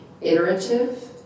iterative